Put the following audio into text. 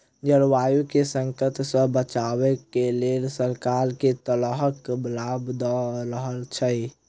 जलवायु केँ संकट सऽ बचाबै केँ लेल सरकार केँ तरहक लाभ दऽ रहल छै?